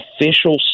official